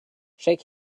shake